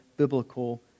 Biblical